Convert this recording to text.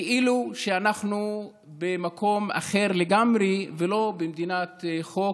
כאילו אנחנו במקום אחר לגמרי ולא במדינת חוק.